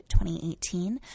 2018